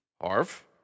Harv